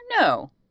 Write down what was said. No